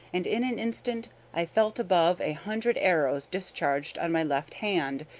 and in an instant i felt above a hundred arrows discharged on my left hand,